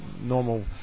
Normal